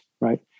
right